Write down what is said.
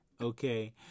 Okay